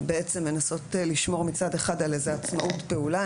בעצם מנסות לשמור מצד אחד על איזה עצמאות פעולה.